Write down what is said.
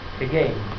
again